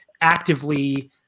actively